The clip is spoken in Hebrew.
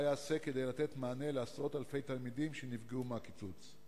2. מה ייעשה כדי לתת מענה לעשרות אלפי התלמידים שנפגעו מהקיצוץ?